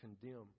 condemn